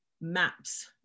maps